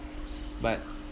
but